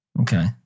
Okay